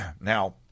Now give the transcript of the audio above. Now